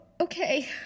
Okay